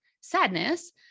sadness